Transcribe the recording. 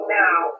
now